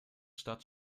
stadt